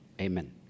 Amen